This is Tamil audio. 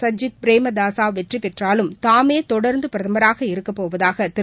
சஜ்ஜித் பிரேமதாசாவெற்றிபெற்றாலும் தாமேதொடர்ந்துபிரதமராக இருக்கப்போவதாகதிரு